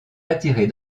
attirée